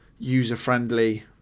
user-friendly